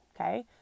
Okay